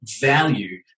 value